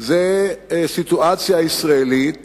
גם סיטואציה ישראלית